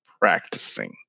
practicing